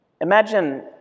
Imagine